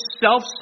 self